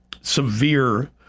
severe